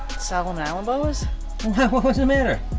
solomon ah and boas? why what's the matter?